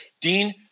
Dean